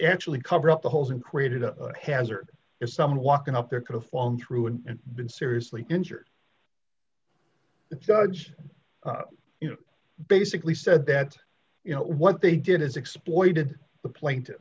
actually covered up the holes and created a hazard if someone walking up there could have fallen through and been seriously injured that judge you know basically said that you know what they did is exploited the plaintiffs